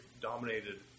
dominated